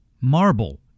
marble